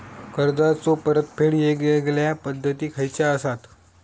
कर्जाचो परतफेड येगयेगल्या पद्धती खयच्या असात?